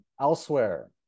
Elsewhere